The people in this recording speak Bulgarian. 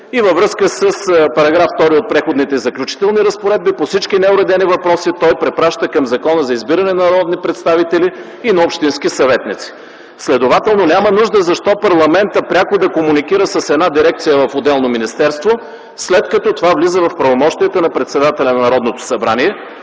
и във връзка с § 2 от Преходните и заключителните разпоредби по всички неуредени въпроси той препраща към Закона за избиране на народни представители, общински съветници и кметове. Следователно няма нужда парламентът пряко да комуникира с дирекция в отделно министерство, след като това влиза в правомощията на председателя на Народното събрание.